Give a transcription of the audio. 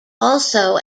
also